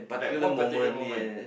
like one particular moment